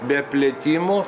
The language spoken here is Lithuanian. be plėtimų